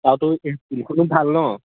ততো সেইখিনিত ভাল ন